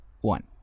One